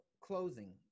closing